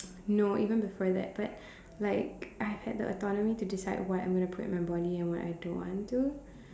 no even before that but like I have the autonomy to decide what I want to put in my body and what I don't want to